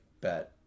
bet